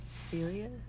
celia